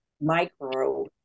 micro